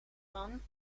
man